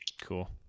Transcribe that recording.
cool